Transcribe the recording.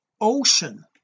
ocean